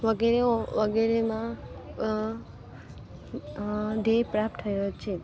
એઓ વગેરેમાં ધ્યેય પ્રાપ્ત થયો છે